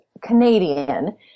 Canadian